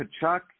Kachuk